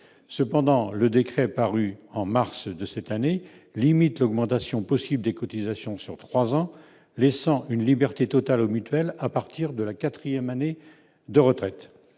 cependant, le décret paru en mars de cette année, limite l'augmentation possible des cotisations sur 3 ans, laissant une liberté totale aux mutuelles, à partir de la 4ème année de retraite,